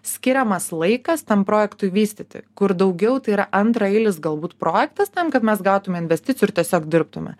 skiriamas laikas tam projektui vystyti kur daugiau tai yra antraeilis galbūt projektas tam kad mes gautume investicijų ir tiesiog dirbtume